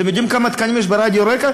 אתם יודעים כמה תקנים יש ברדיו רק"ע,